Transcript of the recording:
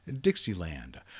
Dixieland